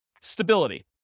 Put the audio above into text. Stability